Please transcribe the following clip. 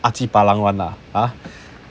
ah chapalang one lah ah